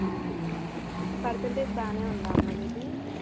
agriculture percentage బాగానే ఉందా అమ్మ నీది